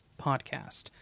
podcast